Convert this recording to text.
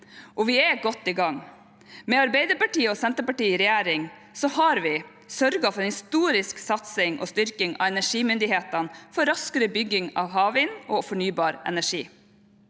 og vi er godt i gang. Med Arbeiderpartiet og Senterpartiet i regjering har vi sørget for en historisk satsing og styrking av energimyndighetene, for raskere bygging av havvind og fornybar energi.